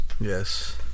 Yes